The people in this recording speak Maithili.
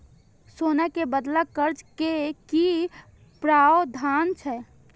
सोना के बदला कर्ज के कि प्रावधान छै?